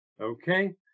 Okay